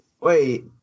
Wait